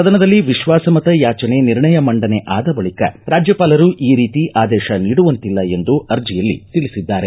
ಸದನದಲ್ಲಿ ವಿಶ್ವಾಸಮತ ಯಾಚನೆ ನಿರ್ಣಯ ಮಂಡನೆ ಆದ ಬಳಿಕ ರಾಜ್ಜಪಾಲರು ಈ ರೀತಿ ಆದೇಶ ನೀಡುವಂತಿಲ್ಲ ಎಂದು ಅರ್ಜಿಯಲ್ಲಿ ತಿಳಿಸಿದ್ದಾರೆ